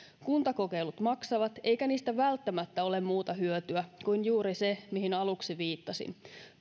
kuntakokeilut maksavat eikä niistä välttämättä ole muuta hyötyä kuin juuri se mihin aluksi viittasin